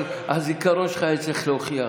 אבל הזיכרון שלך היה צריך להוכיח